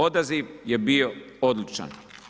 Odaziv je bio odličan.